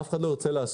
אף אחד לא ירצה לעשות.